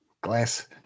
Glass